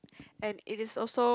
and it is also